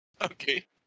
Okay